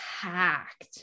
packed